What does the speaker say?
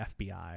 FBI